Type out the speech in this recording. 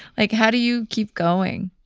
like how do you keep going?